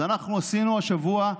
אז אנחנו עשינו השבוע,